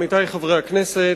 עמיתי חברי הכנסת,